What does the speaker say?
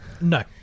no